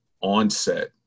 onset